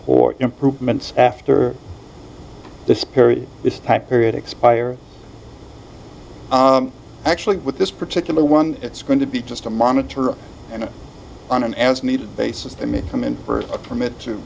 in or improvements after this period is tie period expire actually with this particular one it's going to be just a monitor and on an as needed basis they may come in for a permit to